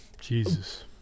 Jesus